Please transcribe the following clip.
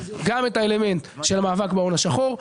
גם את האלמנט של המאבק בהון השחור,